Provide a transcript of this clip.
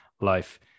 life